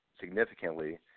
significantly